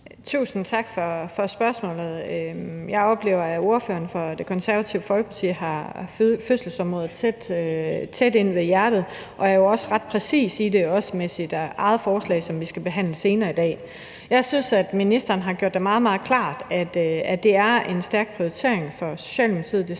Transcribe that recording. Tusind tak for spørgsmålet. Jeg oplever, at ordføreren for Det Konservative Folkeparti har fødselsområdet tæt på hjertet, og at hun også er ret præcis i det – også med sit eget forslag, som vi skal behandle senere i dag. Jeg synes, at ministeren har gjort det meget, meget klart, at det har en høj prioritering i